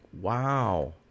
Wow